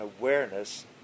awareness